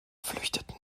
flüchteten